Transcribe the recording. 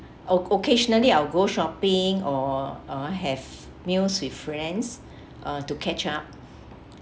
o~ occasionally I'll go shopping or uh have meals with friends uh to catch up